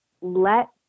let